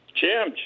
Jim